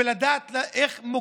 ולדעת איך,